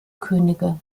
könige